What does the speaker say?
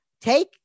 take